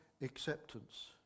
acceptance